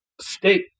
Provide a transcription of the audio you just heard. State